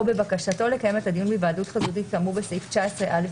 בבקשתו לקיים את הדיון היוועדות חזותית כאמור בסעיף 19א,